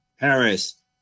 Paris